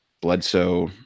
Bledsoe